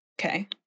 Okay